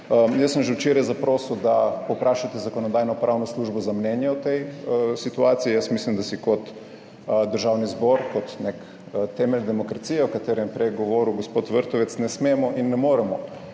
Jaz sem že včeraj zaprosil, da povprašate Zakonodajno-pravno službo za mnenje o tej situaciji. Jaz mislim, da si kot Državni zbor, kot nek temelj demokracije, o katerem je prej govoril gospod Vrtovec, ne smemo in ne moremo